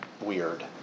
weird